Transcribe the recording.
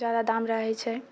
जादा दाम रहै छै